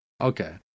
Okay